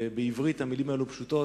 ובעברית המלים האלה פשוטות,